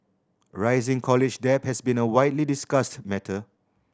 rising college debt has been a widely discussed matter